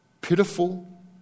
pitiful